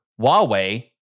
Huawei